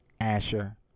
Asher